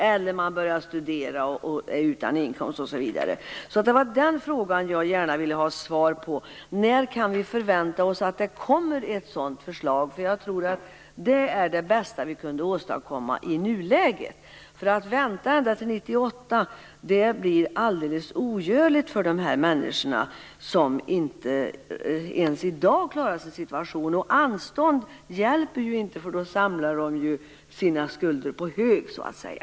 Eller så börjar man studera och är utan inkomst osv. Den fråga som jag gärna vill ha svar på är när vi kan förvänta oss att ett sådant förslag kommer. Jag tror nämligen att det är det bästa vi kan åstadkomma i nuläget. Att vänta ända till 1998 blir alldeles ogörligt för de människor som inte ens i dag klarar sin situation. Anstånd hjälper ju inte, för då samlar de ju sina skulder på hög så att säga.